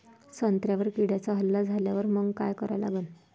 संत्र्यावर किड्यांचा हल्ला झाल्यावर मंग काय करा लागन?